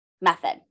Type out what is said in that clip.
method